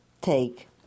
take